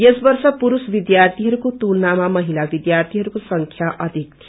यस वर्ष पुरूष विध्यार्थीहरूको तुलनामा महिला विध्यार्थीहरूको संख्या अधिक थियो